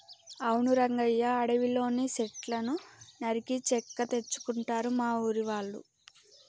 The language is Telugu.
అవును రంగయ్య అడవిలోని సెట్లను నరికి చెక్క తెచ్చుకుంటారు మా ఊరి వాళ్ళు